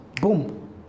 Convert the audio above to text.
boom